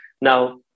now